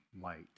light